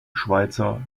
schweizer